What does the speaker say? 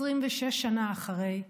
26 שנה אחרי,